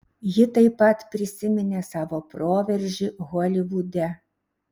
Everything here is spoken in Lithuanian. ji taip pat prisiminė savo proveržį holivude